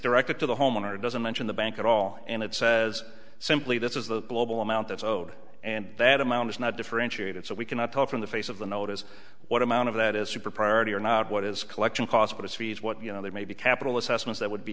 directed to the homeowner doesn't mention the bank at all and it says simply this is the global amount that's old and that amount is not differentiated so we cannot tell from the face of the notice what amount of that is super priority or not what is collection cost but it's fees what you know there may be capital assessments that would be